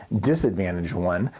disadvantage one,